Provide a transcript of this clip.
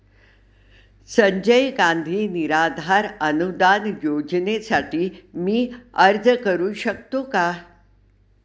संजय गांधी निराधार अनुदान योजनेसाठी मी अर्ज करू शकतो का?